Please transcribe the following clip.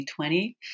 2020